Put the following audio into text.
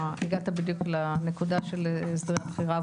הגעת בדיוק לנקודה של הסדרי הבחירה.